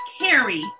Carrie